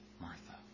Martha